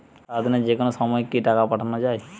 সারাদিনে যেকোনো সময় কি টাকা পাঠানো য়ায়?